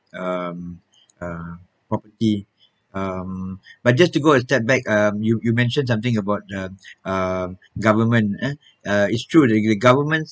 um uh property um but just to go and step back um you you mentioned something about uh um government uh uh it's true the government